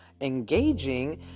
engaging